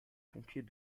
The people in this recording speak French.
pompiers